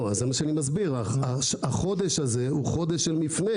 אז אני מסביר: החודש הזה הוא חודש של מפנה